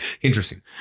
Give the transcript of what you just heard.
interesting